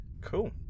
Cool